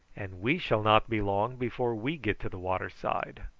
and we shall not be long before we get to the water side.